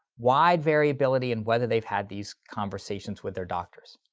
wide variability in whether they've had these conversations with their doctors.